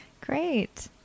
great